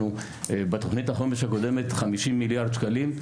בתוכנית החומש הקודמת, 50 מיליארד שקלים.